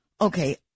Okay